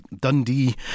Dundee